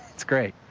it's great